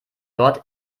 dort